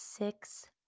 Six